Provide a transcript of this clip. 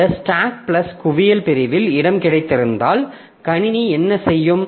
இந்த stack plus குவியல் பிரிவில் இடம் கிடைத்திருந்தால் கணினி என்ன செய்யும்